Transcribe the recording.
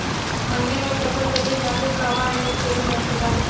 मंडी में फसल बेचे खातिर कहवा रजिस्ट्रेशन होखेला?